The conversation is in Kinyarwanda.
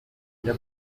njya